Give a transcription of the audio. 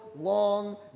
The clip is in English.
long